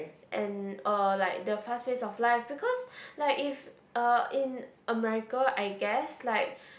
and uh like the fast pace of life because like if uh in America I guess like